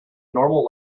normal